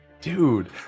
Dude